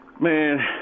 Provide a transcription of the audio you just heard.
Man